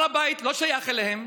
הר הבית לא שייך להם,